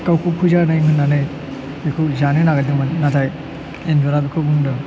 गावखौ फोजानाय होन्नानै बिखौ जानो नागिरदोंमोन नाथाय एन्जरा बिखौ बुंदों